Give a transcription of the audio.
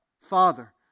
Father